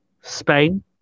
Spain